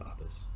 others